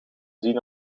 zien